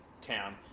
town